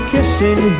Kissing